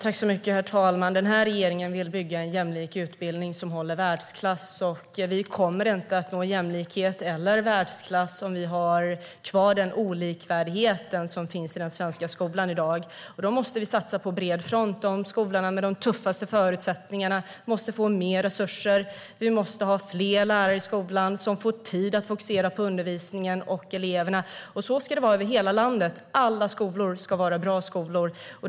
Herr talman! Regeringen vill bygga en jämlik utbildning som håller världsklass. Vi kommer inte att nå jämlikhet eller världsklass om vi kvar den olikvärdighet som i dag finns i den svenska skolan. Vi måste satsa på bred front. Skolorna med de tuffaste förutsättningarna måste få mer resurser. Vi måste ha fler lärare i skolan som får tid att fokusera på undervisningen och eleverna. Så ska det vara över hela landet. Alla skolor ska vara bra skolor.